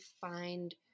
find